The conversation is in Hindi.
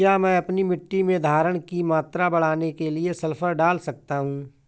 क्या मैं अपनी मिट्टी में धारण की मात्रा बढ़ाने के लिए सल्फर डाल सकता हूँ?